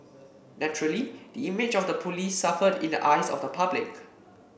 naturally the image of the police suffered in the eyes of the public